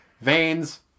veins